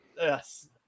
Yes